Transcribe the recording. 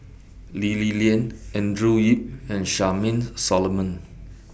Lee Li Lian Andrew Yip and Charmaine Solomon